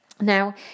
Now